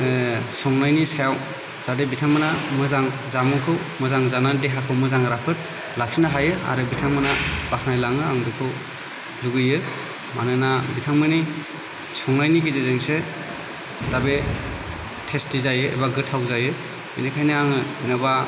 संनायनि सायाव जाहाथे बिथांमोना मोजां जामुंखौ मोजां जानानै देहाखौ मोजां राफोद लाखिनो हायो आरो बिथांमोना बाखनायलाङो आङो बेखौ लुबैयो मानोना बिथांमोननि संनायनि गेजेरजोंसो दा बे टेस्टि जायो एबा गोथाव जायो बेनिखायनो आङो जेनेबा